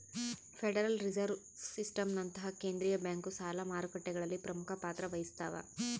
federal Reserve ಸಿಸ್ಟಮ್ನಂತಹ ಕೇಂದ್ರೀಯ bank ಸಾಲ ಮಾರುಕಟ್ಟೆಗಳಲ್ಲಿ ಪ್ರಮುಖ ಪಾತ್ರ ವಹಿಸ್ತವ